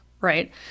right